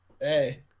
Hey